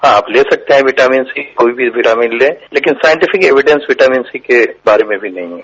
हां आप ले सकते हैा विटामिन सी कोई भी विटामिन लें लेकिन साइनटिफिकेट इंफिटेंस विटामिन सी के बारे में भी नहीं हैं